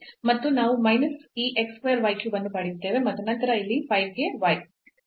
ನಾವು ಮೈನಸ್ ಈ x square y cube ಅನ್ನು ಪಡೆಯುತ್ತೇವೆ ಮತ್ತು ನಂತರ ಇಲ್ಲಿ 5 ಗೆ y